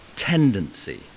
Tendency